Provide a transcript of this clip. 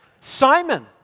Simon